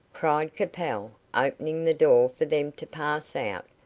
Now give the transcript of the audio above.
cried capel, opening the door for them to pass out,